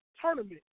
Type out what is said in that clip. tournament